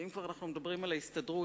ואם כבר אנחנו מדברים על ההסתדרות,